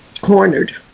cornered